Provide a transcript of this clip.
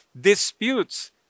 disputes